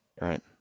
Right